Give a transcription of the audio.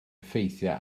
effeithio